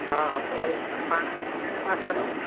हा पाण कहिड़े पासे हलूं